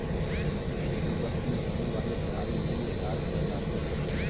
किसी वस्तु में होने वाली खराबी मूल्यह्रास कहलाती है